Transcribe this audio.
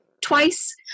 twice